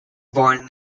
born